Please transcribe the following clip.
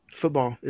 Football